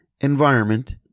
environment